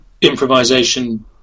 improvisation